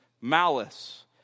malice